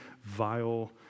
vile